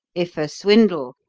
if a swindle,